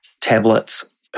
tablets